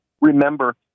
remember